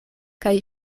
kaj